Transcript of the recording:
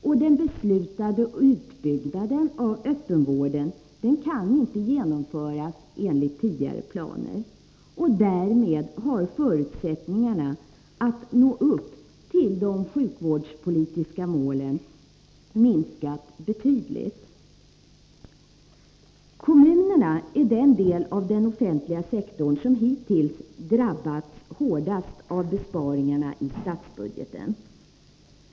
Och den beslutade utbyggnaden av öppenvården kan inte genomföras enligt tidigare planer. Därmed har förutsättningarna att nå upp till de sjukvårdspolitiska målen minskat betydligt. Kommunerna är den del av den offentliga sektorn som hittills drabbats hårdast av besparingarna i statsbudgeten.